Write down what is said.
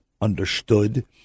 understood